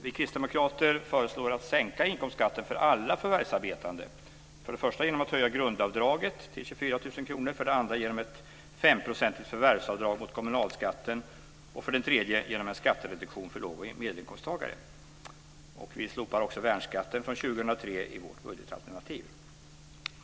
Vi kristdemokrater föreslår att inkomstskatten höjs för alla förvärvsarbetande för det första genom att grundavdraget höjs till 24 000 kr, för det andra genom ett 5-procentigt förvärvsavdrag mot kommunalskatten och för det tredje genom en skattereduktion för låg och medelinkomsttagare. Vi slopar också värnskatten från år 2003 i vårt budgetalternativ.